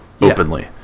openly